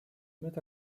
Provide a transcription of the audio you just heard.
met